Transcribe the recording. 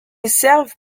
servent